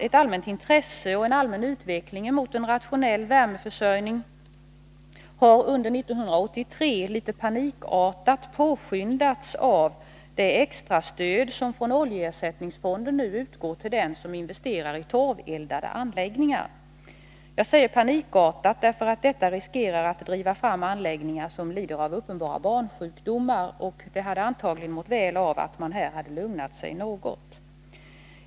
En allmän utveckling mot en rationell värmeförsörjning har litet panikartat påskyndats av det extra stöd som från oljeersättningsfonden under 1983 nu utgår till den som investerar i torveldade anläggningar. Jag säger ”panikartat” därför att snabbheten riskerar att driva fram anläggningar som lider av uppenbara barnsjukdomar. Det hela hade antagligen mått väl av att man hade lugnat sig något.